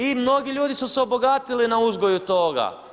I mnogi ljudi su se obogatili na uzgoju toga.